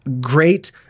great